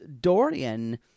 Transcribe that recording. Dorian